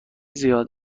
زیاد